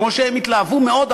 כמו שהאמריקנים התלהבו מאוד,